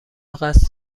قصد